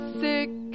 sick